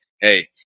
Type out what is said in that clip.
hey